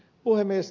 puhemies